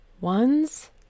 ones